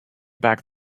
back